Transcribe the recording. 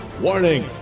Warning